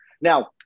Now